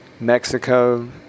Mexico